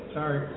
Sorry